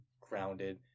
grounded